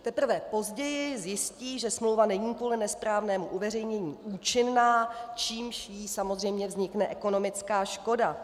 Teprve později zjistí, že smlouva není kvůli nesprávnému uveřejnění účinná, čímž jí samozřejmě vznikne ekonomická škoda.